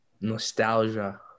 Nostalgia